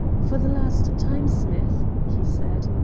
for the last time, smith, he said,